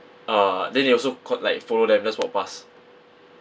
uh then they also call like follow them just walk pass